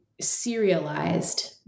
serialized